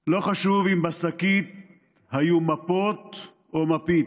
/ לא חשוב אם בשקית / היו מפות או מפית.